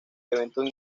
eventos